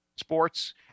sports